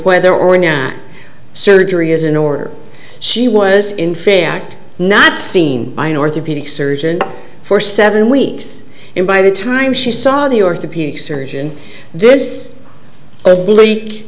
whether or not surgery is in order she was in fact not seen by an orthopedic surgeon for seven weeks and by the time she saw the orthopedic surgeon this